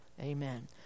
Amen